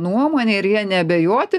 nuomonę ir ja neabejoti